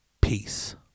Peace